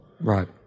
Right